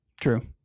True